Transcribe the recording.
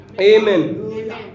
Amen